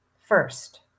first